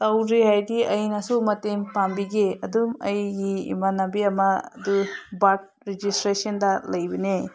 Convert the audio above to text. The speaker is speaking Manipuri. ꯇꯧꯗ꯭ꯔꯤ ꯍꯥꯏꯔꯗꯤ ꯑꯩꯅꯁꯨ ꯃꯇꯦꯡ ꯄꯥꯡꯕꯤꯒꯦ ꯑꯗꯨꯝ ꯑꯩꯒꯤ ꯏꯃꯥꯟꯅꯕꯤ ꯑꯃꯗꯤ ꯕꯥꯔꯠ ꯔꯦꯖꯤꯁꯇ꯭ꯔꯦꯁꯟꯗ ꯂꯩꯕꯅꯦ